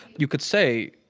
you could say,